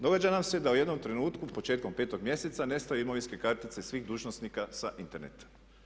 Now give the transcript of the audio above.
Događa nam se da u jednom trenutku početkom 5. mjeseca nestaju imovinske kartice svih dužnosnika sa interneta.